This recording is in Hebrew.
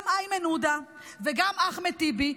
גם איימן עודה וגם אחמד טיבי,